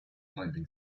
climbing